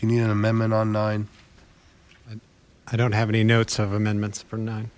need you need an amendment on nine i don't have any notes of amendments for nine